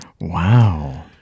Wow